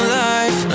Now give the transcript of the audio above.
life